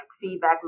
feedback